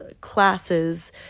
classes